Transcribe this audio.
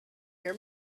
hear